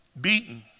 beaten